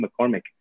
McCormick